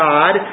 God